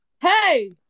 hey